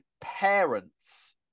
parents